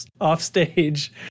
offstage